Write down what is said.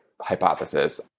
hypothesis